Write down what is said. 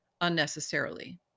unnecessarily